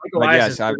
yes